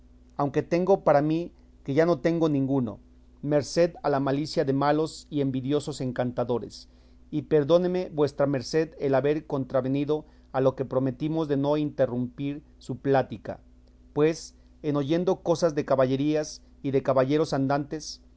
aunque tengo para mí que ya no tengo ninguno merced a la malicia de malos y envidiosos encantadores y perdóneme vuestra merced el haber contravenido a lo que prometimos de no interromper su plática pues en oyendo cosas de caballerías y de caballeros andantes